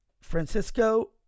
Francisco